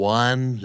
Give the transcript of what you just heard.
one